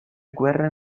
guerre